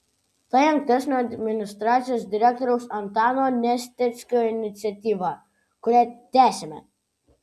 tai ankstesnio administracijos direktoriaus antano nesteckio iniciatyva kurią tęsiame